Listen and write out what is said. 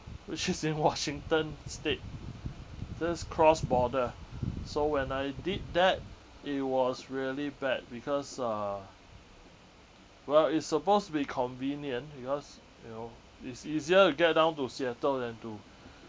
which is in washington state just cross border so when I did that it was really bad because uh well it's supposed to be convenient because you know it's easier to get down to seattle than to